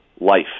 life